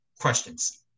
questions